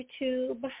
YouTube